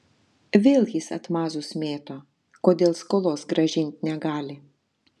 vėl jis atmazus mėto kodėl skolos grąžint negali